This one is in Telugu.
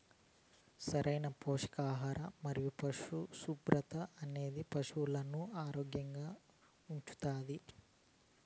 సరైన పోషకాహారం మరియు పరిశుభ్రత అనేది పశువులను ఆరోగ్యంగా ఉంచుతాది